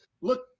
look